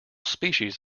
species